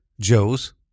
Joe's